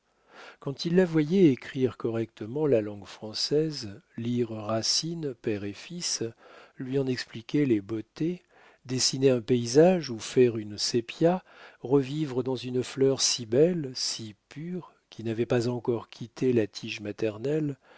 quand il la voyait écrire correctement la langue française lire racine père et fils lui en expliquer les beautés dessiner un paysage ou faire une sépia revivre dans une fleur si belle si pure qui n'avait pas encore quitté la tige maternelle